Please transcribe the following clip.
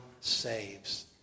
saves